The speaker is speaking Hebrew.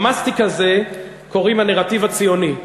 למסטיק הזה קוראים הנרטיב הציוני,